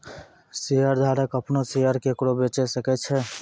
शेयरधारक अपनो शेयर केकरो बेचे सकै छै